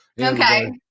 Okay